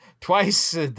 Twice